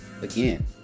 Again